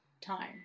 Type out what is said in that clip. time